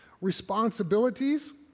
responsibilities